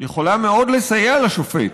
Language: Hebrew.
יכולה מאוד לסייע לשופט